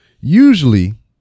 usually